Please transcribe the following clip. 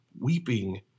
weeping